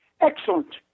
Excellent